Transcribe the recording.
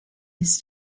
his